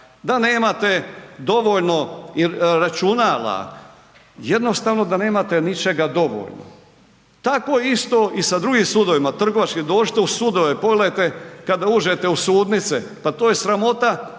da nemate dovoljno računala, jednostavno da nemate ničega dovoljno. Tako je isto i sa drugim sudovima, trgovački, dođite u sudove, pogledajte kad uđete u sudnice, pa to je sramota